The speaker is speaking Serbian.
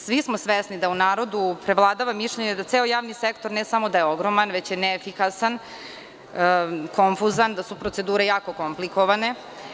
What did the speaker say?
Svi smo svesni da u narodu preovladava mišljenje da ceo javni sektor, ne samo da je ogroman, već je neefikasan, konfuzan, da su procedure jako komplikovane.